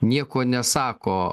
nieko nesako